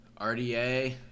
RDA